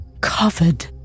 covered